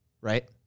Right